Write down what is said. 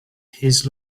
his